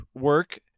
work